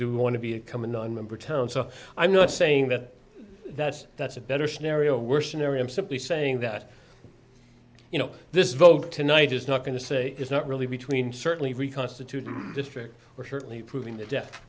we want to be a come in nonmember town so i'm not saying that that's that's a better scenario worst scenario i'm simply saying that you know this vote tonight is not going to say it's not really between certainly reconstitute the district or certainly proving that death